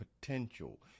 potential